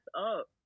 up